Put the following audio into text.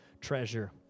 treasure